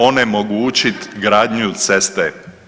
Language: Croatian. onemogućiti gradnju ceste.